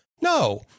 No